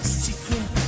secret